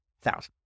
thousand